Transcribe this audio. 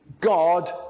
God